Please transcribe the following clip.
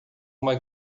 uma